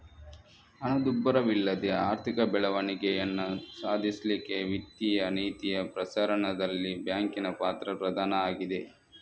ಹಣದುಬ್ಬರವಿಲ್ಲದೆ ಆರ್ಥಿಕ ಬೆಳವಣಿಗೆಯನ್ನ ಸಾಧಿಸ್ಲಿಕ್ಕೆ ವಿತ್ತೀಯ ನೀತಿಯ ಪ್ರಸರಣದಲ್ಲಿ ಬ್ಯಾಂಕಿನ ಪಾತ್ರ ಪ್ರಧಾನ ಆಗಿದೆ